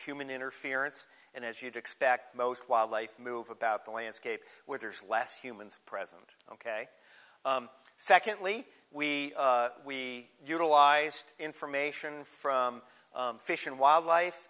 human interference and as you'd expect most wildlife move about the landscape where there's less humans present ok secondly we we utilized information from fish and wildlife